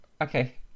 Okay